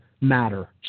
matter